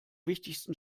wichtigsten